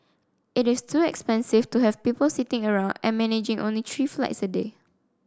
it is too expensive to have people sitting around and managing only tree flights a day